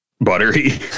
buttery